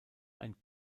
ein